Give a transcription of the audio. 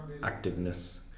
activeness